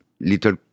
little